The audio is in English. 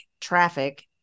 traffic